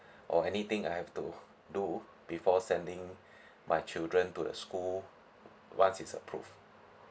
or anything I have to do before sending my children to the school once it's approved